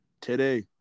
Today